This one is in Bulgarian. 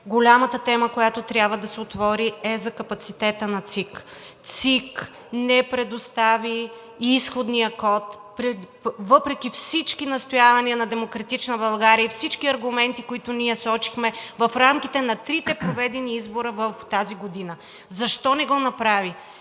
голямата тема, която трябва да се отвори, е за капацитета на ЦИК? Централната избирателна комисия не предостави изходния код въпреки всички настоявания на „Демократична България“ и всички аргументи, които ние посочихме в рамките на трите проведени избора в тази година. Защо не го направи?